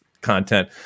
content